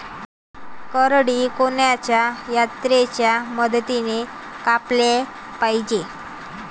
करडी कोनच्या यंत्राच्या मदतीनं कापाले पायजे?